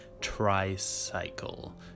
tricycle